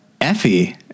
Effie